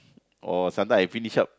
or sometimes I finish up